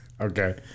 Okay